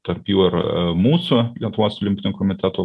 tarp jų ir mūsų lietuvos olimpinio komiteto